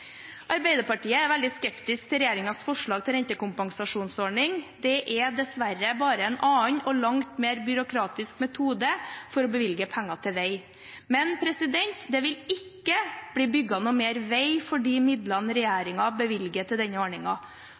Arbeiderpartiet er veldig skeptisk til regjeringens forslag til rentekompensasjonsordning. Det er dessverre bare en annen og langt mer byråkratisk metode for å bevilge penger til vei. Men det vil ikke bli bygget noe mer vei for de midlene regjeringen bevilger til denne